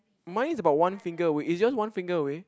mine is about one finger away it's just one finger away